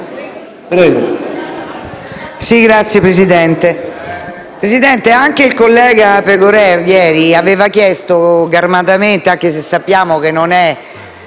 prego.